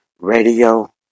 Radio